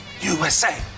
USA